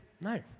No